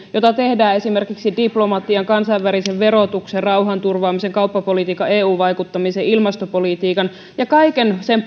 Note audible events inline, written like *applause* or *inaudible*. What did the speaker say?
jota tehdään esimerkiksi diplomatian kansainvälisen verotuksen rauhanturvaamisen kauppapolitiikan eu vaikuttamisen ilmastopolitiikan ja kaiken sen *unintelligible*